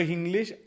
English